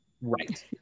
Right